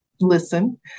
Listen